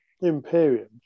Imperium